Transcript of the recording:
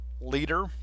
leader